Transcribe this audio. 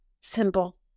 Simple